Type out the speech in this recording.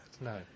No